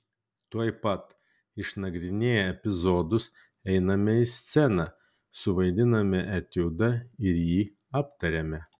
tuoj pat išnagrinėję epizodus einame į sceną suvaidiname etiudą ir jį aptariame